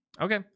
Okay